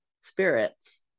spirits